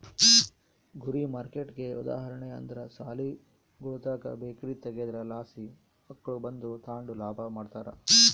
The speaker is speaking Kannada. ಗುರಿ ಮಾರ್ಕೆಟ್ಗೆ ಉದಾಹರಣೆ ಅಂದ್ರ ಸಾಲಿಗುಳುತಾಕ ಬೇಕರಿ ತಗೇದ್ರಲಾಸಿ ಮಕ್ಳು ಬಂದು ತಾಂಡು ಲಾಭ ಮಾಡ್ತಾರ